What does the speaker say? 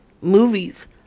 Movies